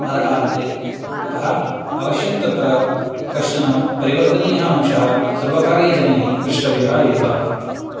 नरकायते अतः अवश्यन्तत्र कश्चन परिवर्तनीयः अंशः सर्वकारीयजनैः द्रष्टव्यः एव